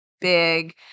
big